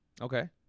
okay